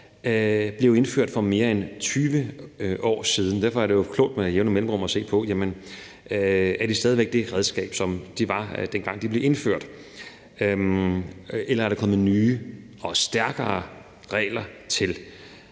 blev indført for mere end 20 år siden. Derfor er det klogt med jævne mellemrum at se på: Er de stadig væk det redskab, som de var, dengang de blev indført, eller er der kommet nye og stærkere regler til?